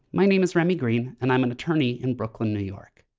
my name is remy green, and i'm an attorney in brooklyn, new york.